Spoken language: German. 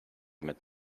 mit